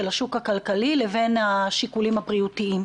השוק הכלכלי לבין השיקולים הבריאותיים.